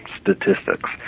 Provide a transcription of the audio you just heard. statistics